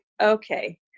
okay